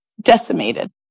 decimated